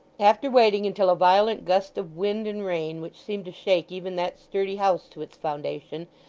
after waiting until a violent gust of wind and rain, which seemed to shake even that sturdy house to its foundation,